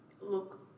look